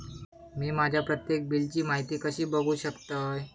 मी माझ्या प्रत्येक बिलची माहिती कशी बघू शकतय?